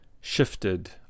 shifted